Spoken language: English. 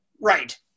Right